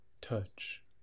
touch